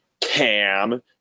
Cam